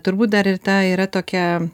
turbūt dar ir ta yra tokia